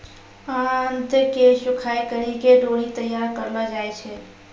आंत के सुखाय करि के डोरी तैयार करलो जाय छै